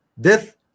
death